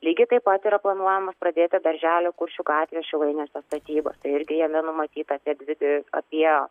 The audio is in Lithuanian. lygiai taip pat yra planuojamas pradėti darželio kuršių gatvėje šilainiuose statybos tai irgi jame numatyta erdvi apie